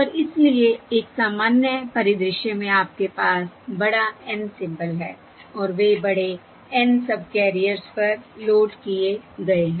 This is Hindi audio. और इसलिए एक सामान्य परिदृश्य में आपके पास बड़ा N सिंबल हैं और वे बड़े N सबकैरियर्स पर लोड किए गए हैं